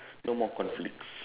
no more conflicts